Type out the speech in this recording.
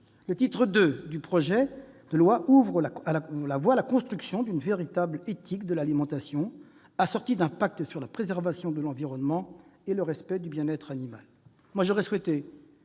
le titre II du projet de loi ouvre la voie à la construction d'une véritable éthique de l'alimentation, assortie d'un pacte pour la préservation de l'environnement et pour le respect du bien-être animal.